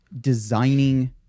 designing